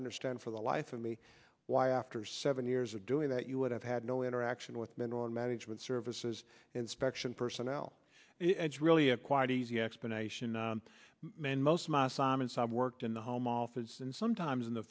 understand for the life of me why after seven years of doing that you would have had no interaction with mineral management services inspection personnel it's really a quite easy explanation man most of my assignments i worked in the home office and sometimes in the